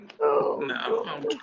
No